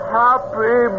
happy